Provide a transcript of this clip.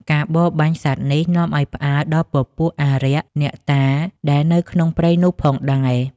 ការបរបាញ់សត្វនេះនាំឱ្យផ្អើលដល់ពពួកអារក្ស អ្នកតាដែលនៅក្នុងព្រៃនោះផងដែរ។